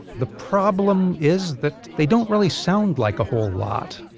the problem is that they don't really sound like a whole lot.